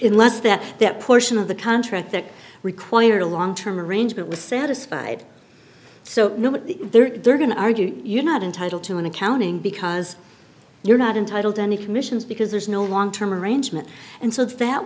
in less than that portion of the contract that required a long term arrangement was satisfied so they're going to argue you're not entitled to an accounting because you're not entitled to any commissions because there's no long term arrangement and so that